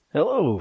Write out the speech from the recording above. Hello